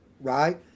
right